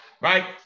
right